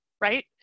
right